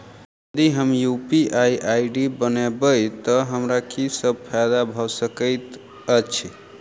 यदि हम UPI ID बनाबै तऽ हमरा की सब फायदा भऽ सकैत अछि?